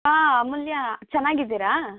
ಹಾಂ ಅಮೂಲ್ಯ ಚೆನ್ನಾಗಿದ್ದೀರಾ